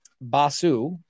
Basu